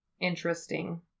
interesting